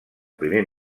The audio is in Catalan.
primer